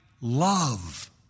love